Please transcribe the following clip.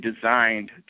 designed